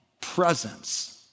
presence